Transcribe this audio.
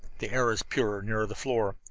the air is purer near the floor.